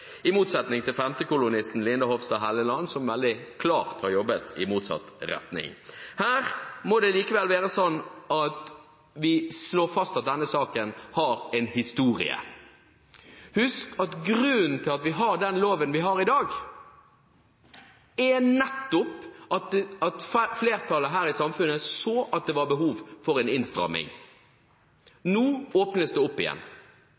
i motsetning til femtekolonnisten Linda Hofstad Helleland, som veldig klart har jobbet i motsatt retning. Her må det likevel være sånn at vi slår fast at denne saken har en historie. Husk at grunnen til at vi har den loven vi har i dag, nettopp er at flertallet i samfunnet så at det var behov for en innstramning. Nå åpnes det opp igjen,